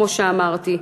כמו שאמרתי,